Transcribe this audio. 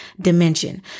dimension